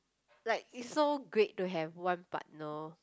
like it's so great to have one partner